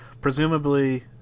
presumably